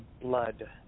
blood